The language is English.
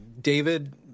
David